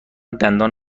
دندان